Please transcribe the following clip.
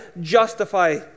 justify